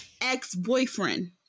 ex-boyfriend